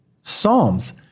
psalms